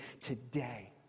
today